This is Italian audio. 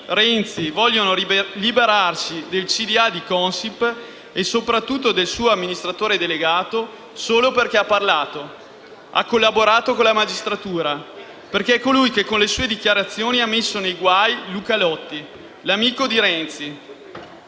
di amministrazione di Consip e soprattutto del suo amministratore delegato solo perché ha parlato, ha collaborato con la magistratura; perché è colui che con le sue dichiarazioni ha messo nei guai Luca Lotti, l'amico di Renzi.